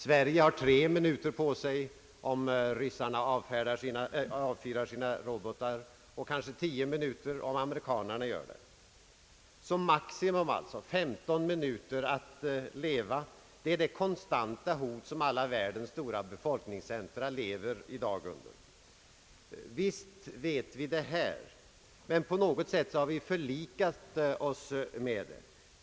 Sverige har tre minuter på sig, om TYyYSSarna avfyrar sina robotar och kanske tio minuter om amerikanarna gör det. Maximalt har vi således femton minuter kvar att leva. Det är det konstanta liot som alla världens stora befolkningscentra i dag lever under. | Visst vet vi detta, men på något sätt har vi förlikt oss därmed.